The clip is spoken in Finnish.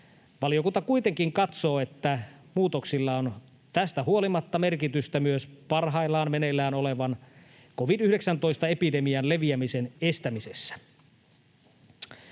Valiokunta kuitenkin katsoo, että muutoksilla on tästä huolimatta merkitystä myös parhaillaan meneillään olevan covid-19-epidemian leviämisen estämisessä.